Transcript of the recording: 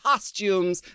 costumes